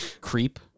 creep